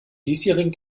diesjährigen